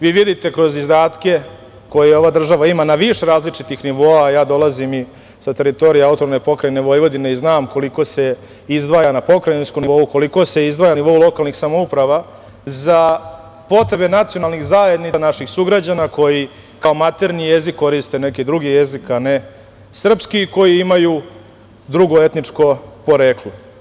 Vi vidite kroz izdatke koje ova država ima na više različitih nivoa, ja dolazim sa teritorije AP Vojvodine i znam koliko se izdvaja na pokrajinskom nivou, koliko se izdvaja na nivou lokalnih samouprava za potrebe nacionalnih zajednica naših sugrađana, koji kao maternji jezik koriste neki drugi jezik, a ne srpski, i koji imaju drugo etničko poreklo.